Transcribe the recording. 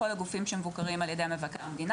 כל הגופים שמבוקרים על ידי המדינה,